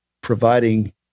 providing